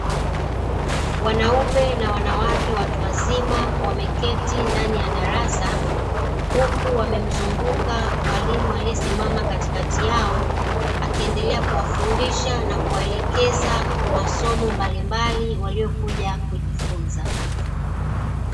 Wanaume na wanawake watu wazima wameketi ndani ya darasa huku wamemzumguka mwalimu aliyesimama katikati yao, akiendelea kuwafundisha na kuwaelekeza masomo mbalimbali waliyokuja kujifunza.